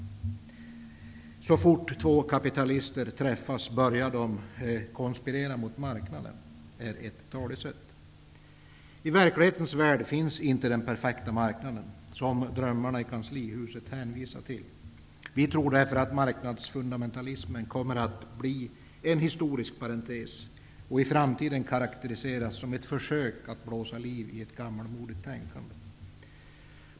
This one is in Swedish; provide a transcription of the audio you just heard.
Ett talesätt säger att så fort två kapitalister träffas börjar de att konspirera mot marknaden. I verklighetens värld finns inte den perfekta marknad som drömmarna i Kanslihuset hänvisar till. Vi tror därför att marknadsfundamentalismen kommer att bli en historisk parentes och att den i framtiden kommer att karakteriseras som ett försök att blåsa liv i ett gammelmodigt tänkande.